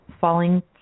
falling